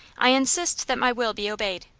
i insist that my will be obeyed.